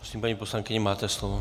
Prosím, paní poslankyně, máte slovo.